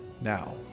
Now